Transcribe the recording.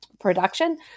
production